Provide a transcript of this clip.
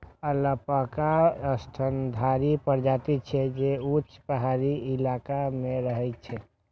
alpaca स्तनधारी प्रजाति छियै, जे ऊंच पहाड़ी इलाका मे रहै छै